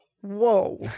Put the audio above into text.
whoa